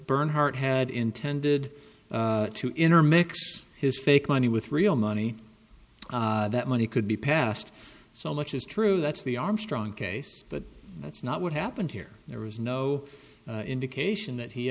bernhardt had intended to intermix his fake money with real money that money could be passed so much is true that's the armstrong case but that's not what happened here there was no indication that he